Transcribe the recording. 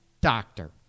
doctor